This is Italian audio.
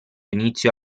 inizio